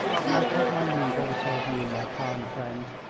and i take my leave also of you, my kind friends,